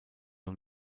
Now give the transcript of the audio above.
und